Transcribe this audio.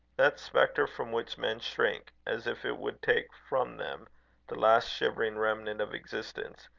that spectre from which men shrink, as if it would take from them the last shivering remnant of existence,